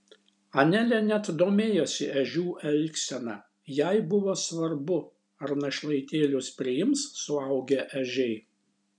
anelė net domėjosi ežių elgsena jai buvo svarbu ar našlaitėlius priims suaugę ežiai